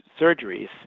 surgeries